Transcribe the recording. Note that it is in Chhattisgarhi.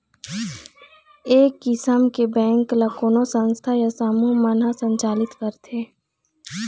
ए किसम के बेंक ल कोनो संस्था या समूह मन ह संचालित करथे